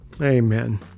Amen